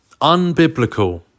unbiblical